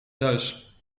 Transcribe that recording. thuis